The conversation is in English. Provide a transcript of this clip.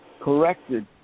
corrected